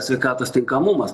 sveikatos tinkamumas